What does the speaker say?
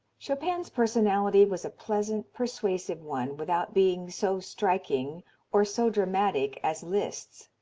chopin's personality was a pleasant, persuasive one without being so striking or so dramatic as liszt's.